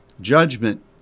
Judgment